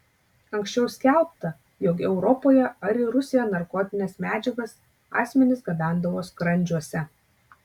anksčiau skelbta jog europoje ar į rusiją narkotines medžiagas asmenys gabendavo skrandžiuose